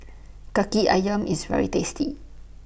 Kaki Ayam IS very tasty